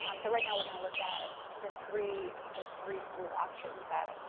um so right now we're gonna look at the three the three school options that